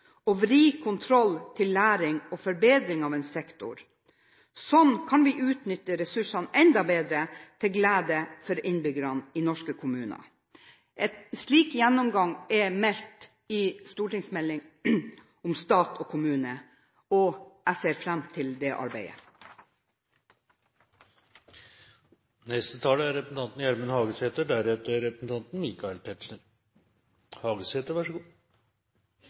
vri kontroll til læring og forbedring av en sektor. Sånn kan vi utnytte ressursene enda bedre, til glede for innbyggerne i norske kommuner. En slik gjennomgang er meldt i stortingsmeldingen om stat og kommune. Jeg ser fram til det arbeidet. Eg synest det er veldig bra at representanten